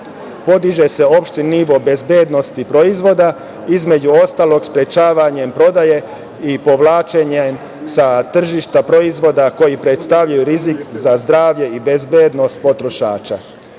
podiže se opšti nivo bezbednosti proizvoda, između ostalog sprečavanjem prodaje i povlačenje sa tržišta proizvoda koji predstavljaju rizik za zdravlje i bezbednost potrošača. Pitanje